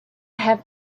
have